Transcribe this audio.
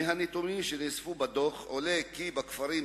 מהנתונים שנאספו בדוח עולה כי בכפרים